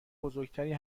بزرگتری